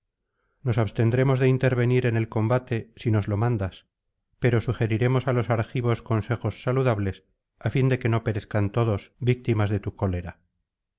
nos abstendremos de intervenir en la lucha si nos lo mandas pero sugeriremos á los argivos consejos saludables para que no perezcan todos víctimas de tu cólera